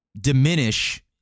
diminish